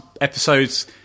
episode's